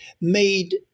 made